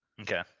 okay